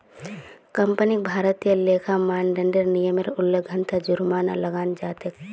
कंपनीक भारतीय लेखा मानदंडेर नियमेर उल्लंघनत जुर्माना लगाल जा तेक